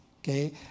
okay